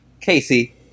Casey